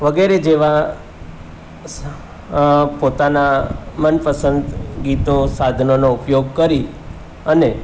વગેરે જેવા પોતાનાં મનપસંદ ગીતો સાધનોનો ઉપયોગ કરી અને